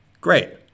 Great